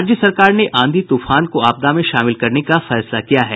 राज्य सरकार ने आंधी तूफान को आपदा में शामिल करने का फैसला किया है